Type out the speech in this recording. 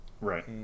Right